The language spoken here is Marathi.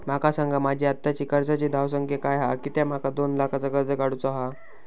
माका सांगा माझी आत्ताची कर्जाची धावसंख्या काय हा कित्या माका दोन लाखाचा कर्ज काढू चा हा?